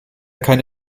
keine